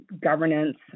governance